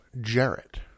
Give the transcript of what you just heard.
Jarrett